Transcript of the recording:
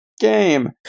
Game